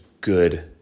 good